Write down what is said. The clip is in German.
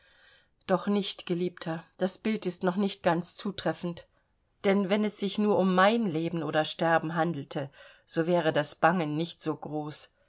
doch nicht geliebter das bild ist noch nicht ganz zutreffend denn wenn es sich nur um mein leben oder sterben handelte so wäre das bangen nicht so groß